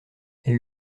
elle